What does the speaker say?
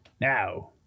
Now